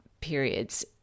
periods